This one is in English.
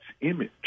image